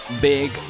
big